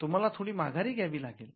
तुम्हाला थोडी माघारी घ्यावी लागेल